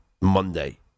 monday